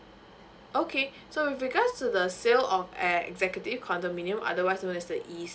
okay so with regards to the sale of uh executive condominium otherwise known as the E_C